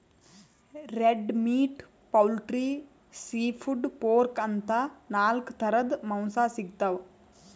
red meat, poultry, seafood, pork ಅಂತಾ ನಾಲ್ಕ್ ಥರದ್ ಮಾಂಸಾ ಸಿಗ್ತವ್